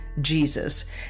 Jesus